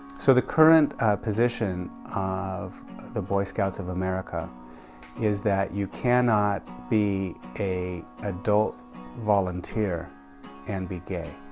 so the current position of the boy scouts of america is that you cannot be a adult volunteer and be gay